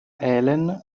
helen